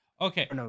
Okay